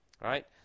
right